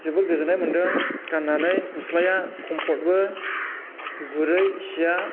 जोबोर गोजोननाय मोनदों गानानै गुस्लाया कम्पर्टबो गुरै सिया